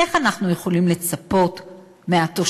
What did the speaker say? איך אנחנו יכולים לצפות מהתושבים,